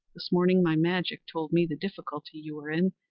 this morning my magic told me the difficulty you were in,